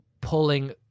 pulling